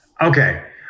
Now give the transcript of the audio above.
Okay